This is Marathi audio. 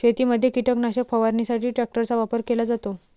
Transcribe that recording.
शेतीमध्ये कीटकनाशक फवारणीसाठी ट्रॅक्टरचा वापर केला जातो